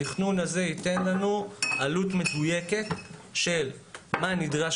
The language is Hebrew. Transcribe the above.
התכנון הזה ייתן לנו עלות מדויקת של מה נדרש